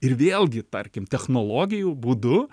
ir vėlgi tarkim technologijų būdu